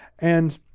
and